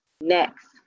Next